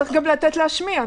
צריך לתת להשמיע.